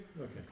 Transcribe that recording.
Okay